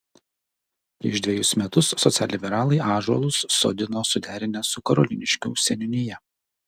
prieš dvejus metus socialliberalai ąžuolus sodino suderinę su karoliniškių seniūnija